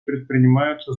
предпринимаются